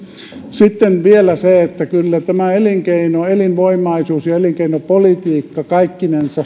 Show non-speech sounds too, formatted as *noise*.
sitten vielä se että kyllä tämä elinkeino elinvoimaisuus ja elinkeinopolitiikka kaikkinensa *unintelligible*